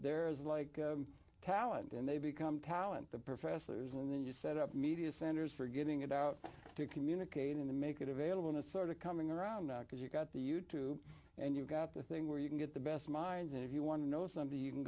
there's like talent and they become talent the professors and then you set up media centers for getting it out to communicate in the make it available in a sort of coming around because you've got the you tube and you've got the thing where you can get the best minds if you want to know somebody you can